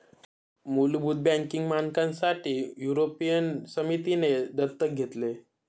मुलभूत बँकिंग मानकांसाठी युरोपियन समितीने दत्तक घेतले